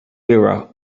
era